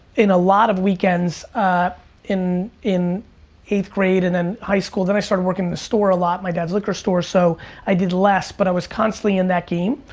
in a lot of weekends in in eighth grade and then high school. then i started working in the store a lot, my dad's liquor store, so i did less but i was constantly in that game.